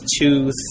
two